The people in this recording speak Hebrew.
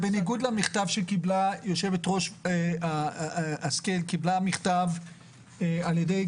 זה בניגוד למכתב שקיבלה יושבת ראש הוועדה מקבוצה מאוד